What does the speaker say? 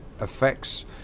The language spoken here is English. effects